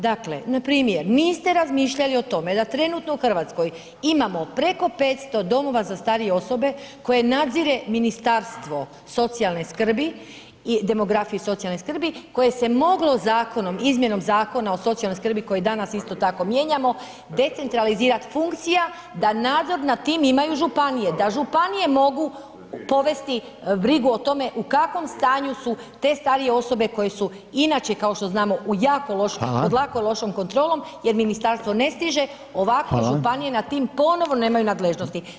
Dakle, npr. niste razmišljali da trenutno u Hrvatskoj imamo preko 500 domova za starije osobe koje nadzire Ministarstvo socijalne skrbi, demografije i socijalne skrbi koje se moglo zakonom izmjenom Zakona o socijalnoj skrbi koji danas isto tako mijenjamo decentralizirat funkcija da nadzor nad tim imaju županije, da županije mogu povesti brigu o tome u kakvom stanju su te starije osobe koje su inače kao što znamo u jako, pod jako lošom kontrolom [[Upadica: Hvala.]] jer ministarstvo ne stiže, ovako županije nad tim ponovno nemaju nadležnosti.